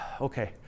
okay